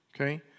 Okay